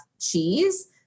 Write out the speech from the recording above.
cheese